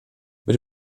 mit